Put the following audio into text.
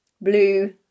blue